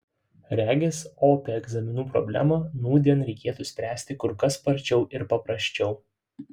regis opią egzaminų problemą nūdien reikėtų spręsti kur kas sparčiau ir paprasčiau